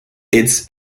its